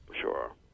Sure